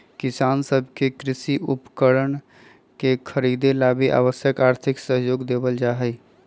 किसान सब के कृषि उपकरणवन के खरीदे ला भी आवश्यक आर्थिक सहयोग देवल जाहई